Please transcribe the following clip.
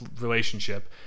relationship